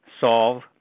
solve